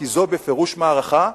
כי זו בפירוש מערכה,